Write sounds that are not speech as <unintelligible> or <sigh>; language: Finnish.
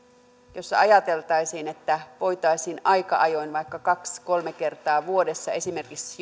jossa ajateltaisiin että voitaisiin aika ajoin vaikka kaksi kolme kertaa vuodessa esimerkiksi <unintelligible>